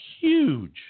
huge